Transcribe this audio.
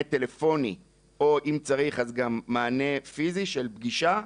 טלפוני או אם צריך אז גם מענה פיזי של פגישה,